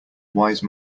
wise